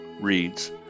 reads